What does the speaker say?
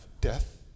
death